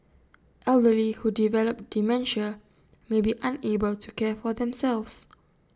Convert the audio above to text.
elderly who develop dementia may be unable to care for themselves